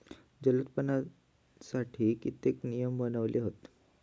जलोत्पादनासाठी कित्येक नियम बनवले हत